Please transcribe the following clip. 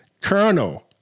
Colonel